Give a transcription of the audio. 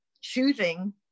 choosing